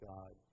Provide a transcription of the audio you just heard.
God